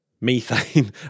methane